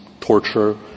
torture